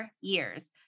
years